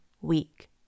week